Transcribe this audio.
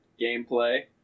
gameplay